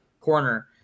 Corner